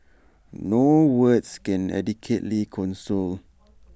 no words can adequately console